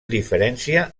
diferència